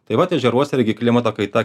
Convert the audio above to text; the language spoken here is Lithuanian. tai vat ežeruose irgi klimato kaita